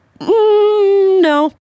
No